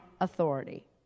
authority